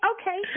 okay